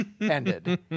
ended